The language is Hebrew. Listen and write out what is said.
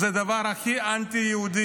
זה הדבר הכי אנטי-יהודי,